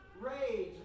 Rage